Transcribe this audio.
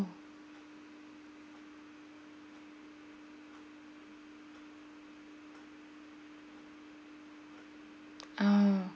ah